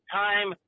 time